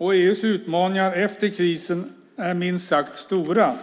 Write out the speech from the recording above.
EU:s utmaningar efter krisen är minst sagt stora.